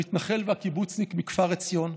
המתנחל והקיבוצניק מכפר עציון,